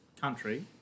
Country